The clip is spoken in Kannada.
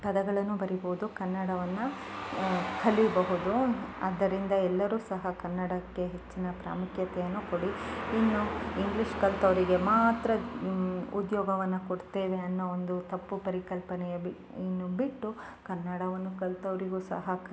ಪದಗಳನ್ನು ಬರೀಬೋದು ಕನ್ನಡವನ್ನು ಕಲಿಬಹುದು ಆದ್ದರಿಂದ ಎಲ್ಲರು ಸಹ ಕನ್ನಡಕ್ಕೆ ಹೆಚ್ಚಿನ ಪ್ರಾಮುಖ್ಯತೆಯನ್ನು ಕೊಡಿ ಇನ್ನು ಇಂಗ್ಲೀಷ್ ಕಲ್ತವರಿಗೆ ಮಾತ್ರ ಉದ್ಯೋಗವನ್ನು ಕೊಡ್ತೇವೆ ಅನ್ನೋ ಒಂದು ತಪ್ಪು ಪರಿಕಲ್ಪನೆಯ ಬಿ ಇನ್ನು ಬಿಟ್ಟು ಕನ್ನಡವನ್ನು ಕಲ್ತವರಿಗೂ ಸಹ